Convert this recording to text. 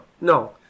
no